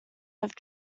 have